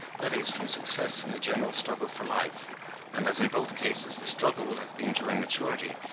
that is, from success in the general struggle for life and as in both cases the struggle will have been during maturity,